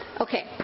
okay